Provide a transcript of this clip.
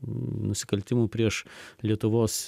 nusikaltimų prieš lietuvos